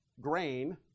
grain